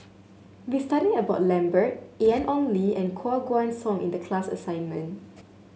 we studied about Lambert Ian Ong Li and Koh Guan Song in the class assignment